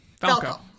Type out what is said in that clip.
Falco